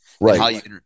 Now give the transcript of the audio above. right